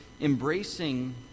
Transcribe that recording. embracing